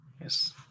Yes